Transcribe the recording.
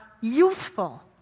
useful